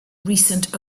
recent